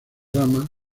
ramas